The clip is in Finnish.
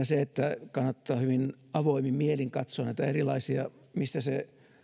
se että kannattaa hyvin avoimin mielin katsoa missä se